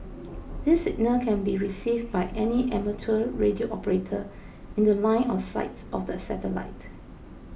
this signal can be received by any amateur radio operator in The Line of sight of the satellite